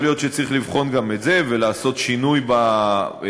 יכול להיות שצריך לבחון גם את זה ולעשות שינוי במערכות,